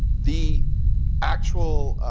the actual